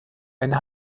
eine